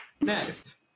Next